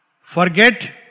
Forget